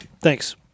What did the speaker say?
thanks